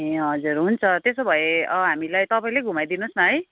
ए हजुर हुन्छ त्यसो भए हामीलाई तपाईँले घुमाइदिनु होस् न है